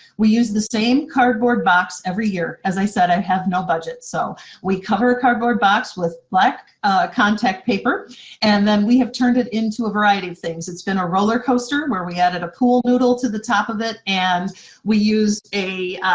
we use the same cardboard box every year. as i said, i have no budget, so we cover a cardboard box with black contact paper and then we have turned it into a variety of things, it's been a roller coaster where we added a pool noodle to the top of it and we used a,